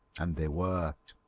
and they were.